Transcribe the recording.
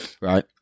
Right